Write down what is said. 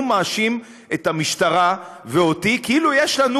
הוא מאשים את המשטרה ואותי כאילו יש לנו